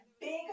big